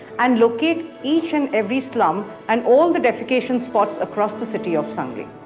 and locate each and every slum and all the defecation spots across the city of sangli.